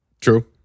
True